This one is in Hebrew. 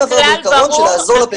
מאחורי הכלל זה עיקרון של לעזור לפריפריה.